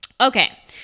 Okay